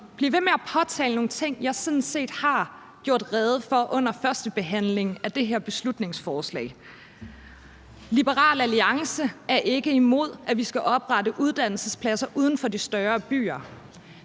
blive ved med at påtale nogle ting, som jeg sådan set har gjort rede for under førstebehandlingen af det her beslutningsforslag. Liberal Alliance er ikke imod, at vi skal oprette uddannelsespladser uden for de større byer.